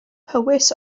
powys